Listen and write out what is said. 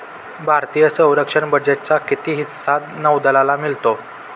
भारतीय संरक्षण बजेटचा किती हिस्सा नौदलाला मिळतो?